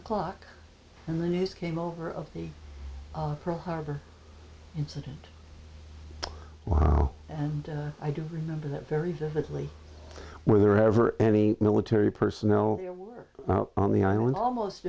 o'clock in the news came over of the pro harbor incident wow and i do remember that very vividly wherever any military personnel were on the island almost